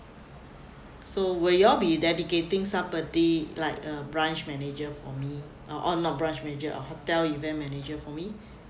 so will you all be dedicating somebody like a branch manager for me or not branch manager or hotel event manager for me